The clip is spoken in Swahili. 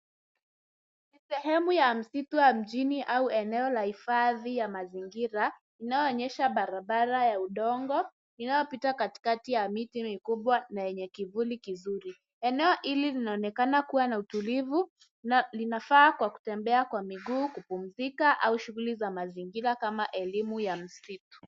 Sehemu ya msitu wa mjini au eneo la hifadhi ya mazingira inayoonyesha barabara ya udongo inayopita katikati ya miti mikubwa na yenye kivuli kizuri. Eneo hili linaonekana kuwa na utulivu na linafaa kwa kutembea kwa miguu, kupumzika au shughuli za mazingira kama elimu ya misitu.